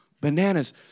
bananas